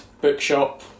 bookshop